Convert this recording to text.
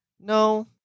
No